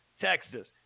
Texas